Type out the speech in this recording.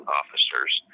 officers